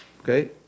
Okay